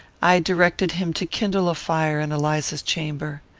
i directed him to kindle a fire in eliza's chamber.